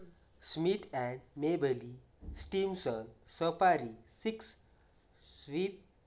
Smith and Mabley Stimson सपारी fix स्वीथ